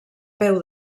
peu